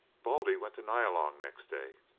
baldy went to nyalong next day.